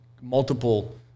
multiple